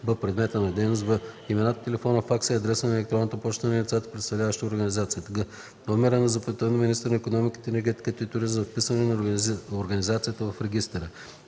б) предмета на дейност; в) имената, телефона, факса и адреса на електронната поща на лицата, представляващи организацията; г) номера на заповедта на министъра на икономиката, енергетиката и туризма за вписване на организацията в регистъра;